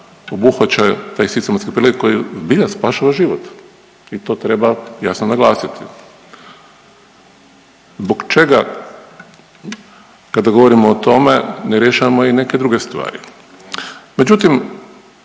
obuhvaća taj sistematski pregled koji zbilja spašava život i to treba jasno naglasiti. Zbog čega kada govorimo o tome ne rješavamo i neke druge stvari? Međutim,